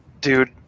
dude